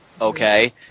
okay